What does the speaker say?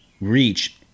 reach